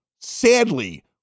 sadly